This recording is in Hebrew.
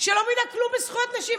שלא מבינה כלום בזכויות נשים.